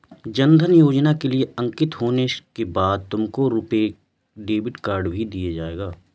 जन धन योजना के लिए अंकित होने के बाद तुमको रुपे डेबिट कार्ड भी दिया जाएगा